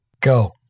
Go